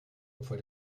opfer